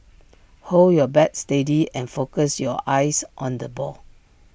hold your bat steady and focus your eyes on the ball